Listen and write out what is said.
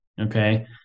Okay